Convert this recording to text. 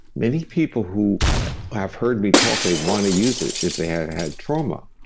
many people who have heard me talk, they want to use it, if they had had trauma,